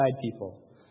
people